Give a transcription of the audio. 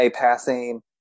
passing